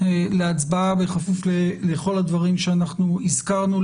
להצבעה בכפוף לכל הדברים שאנחנו הזכרנו,